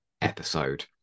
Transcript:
episode